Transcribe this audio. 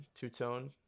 two-tone